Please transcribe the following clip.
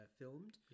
filmed